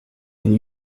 and